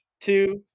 two